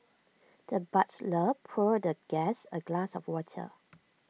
the butler poured the guest A glass of water